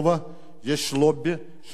יש לובי של העניין הזה.